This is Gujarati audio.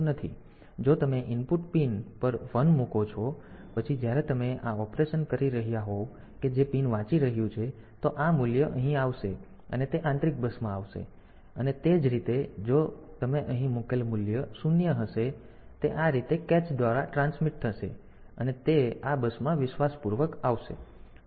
તેથી જો તમે ઇનપુટ પિન પર અહીં 1 મૂકો તો પછી જ્યારે તમે આ ઓપરેશન કરી રહ્યા હોવ કે જે પિન વાંચી રહ્યું છે તો આ મૂલ્ય અહીં આવશે અને તે આંતરિક બસમાં આવશે અને તે જ રીતે જો તમે અહીં મુકેલ મૂલ્ય 0 હોય તે રીતે 0 આ કેચ દ્વારા ટ્રાન્સમિટ થશે અને તે આ બસમાં વિશ્વાસપૂર્વક આવશે